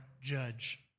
judge